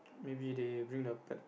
maybe they bring the pet